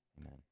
amen